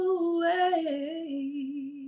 away